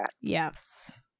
yes